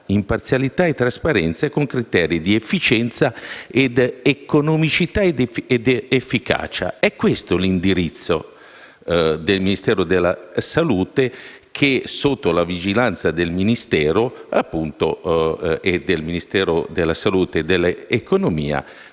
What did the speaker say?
imparzialità e trasparenza, con criteri di efficienza, economicità ed efficacia, secondo l'indirizzo del Ministero della salute e sotto la vigilanza dei Ministeri della